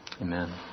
Amen